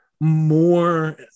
more